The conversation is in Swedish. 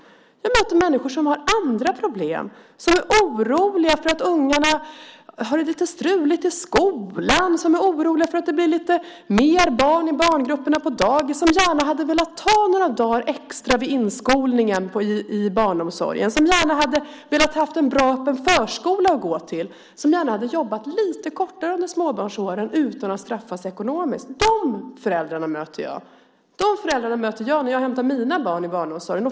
Jag möter människor som har andra problem, som är oroliga för att ungarna har det lite struligt i skolan, som är oroliga för att det blir lite mer barn i barngrupperna på dagis, som gärna hade velat ta några dagar extra vid inskolningen i barnomsorgen, som gärna hade velat ha en bra öppen förskola att gå till, som gärna hade jobbat lite kortare under småbarnsåren utan att straffas ekonomiskt. De föräldrarna möter jag. De föräldrarna möter jag när jag hämtar mina barn i barnomsorgen.